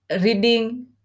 reading